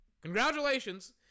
Congratulations